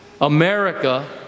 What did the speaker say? America